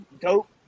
dope